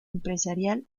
empresarial